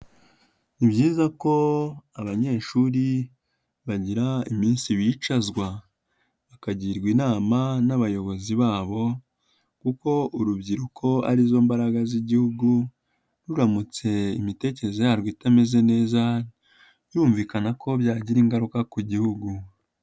Ni byiza ko abanyeshuri bagira iminsi bicazwa bakagirwa inama n'abayobozi babo kuko urubyiruko ari zo mbaraga z'Igihugu, ruramutse imitekerereze yarwo itameze neza birumvikana ko byagira ingaruka ku Gihugu.